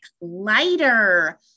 lighter